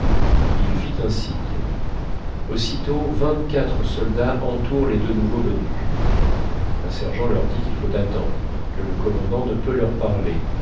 il fit un signe aussitôt vingt-quatre soldats entourent les deux nouveaux venus un sergent leur dit qu'il faut attendre que le commandant ne peut leur parler